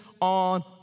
on